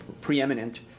preeminent